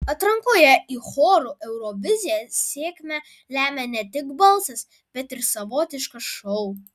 atrankoje į chorų euroviziją sėkmę lemia ne tik balsas bet ir savotiškas šou